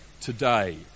today